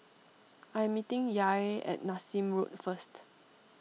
I am meeting Yair at Nassim Road first